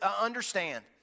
understand